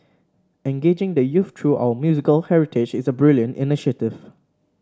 engaging the youth through our musical heritage is a brilliant initiative